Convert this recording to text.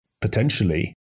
potentially